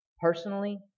personally